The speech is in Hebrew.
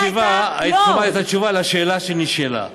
אם היית מקשיבה היית שומעת את התשובה על השאלה שנשאלה,